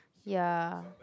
ya